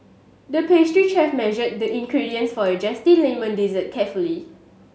the pastry chef measured the ingredients for a zesty lemon dessert carefully